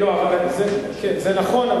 זה נכון,